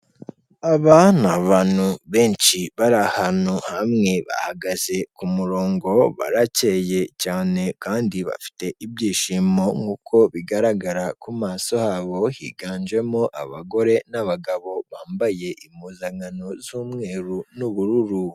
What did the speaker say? Aba ni abantu benshi bari ahantu hamwe, bahagaze ku murongo, baracye cyane kandi bafite ibyishimo nkuko bigaragara ku maso habo, higanjemo abagore n'abagabo bambaye impuzankano z'umweru n'ubururu.